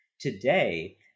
Today